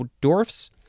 dwarfs